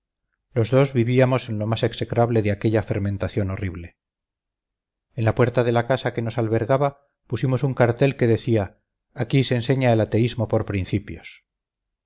dos vivíamos en lo más execrable de aquella fermentación horrible en la puerta de la casa que nos albergaba pusimos un cartel que decía aquí se enseña el ateísmo por principios